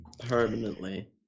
permanently